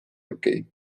okei